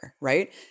right